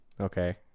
Okay